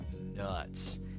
nuts